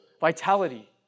vitality